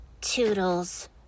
Toodles